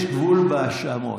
יש גבול להאשמות.